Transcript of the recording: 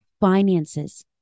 finances